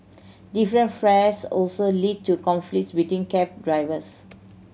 different fares also lead to conflict between cab drivers